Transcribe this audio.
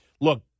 Look